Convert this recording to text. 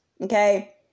Okay